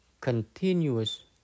continuous